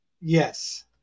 Yes